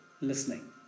listening